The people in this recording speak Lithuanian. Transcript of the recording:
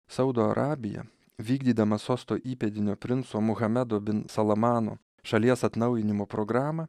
saudo arabija vykdydama sosto įpėdinio princo muhamedo bin salamano šalies atnaujinimo programą